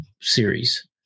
series